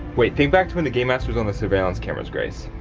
wait, think back to when the game master was on the surveillance cameras grace.